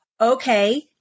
okay